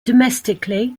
domestically